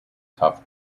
tough